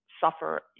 suffer